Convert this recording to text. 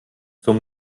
zum